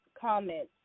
comments